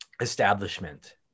establishment